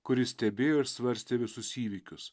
kuri stebėjo ir svarstė visus įvykius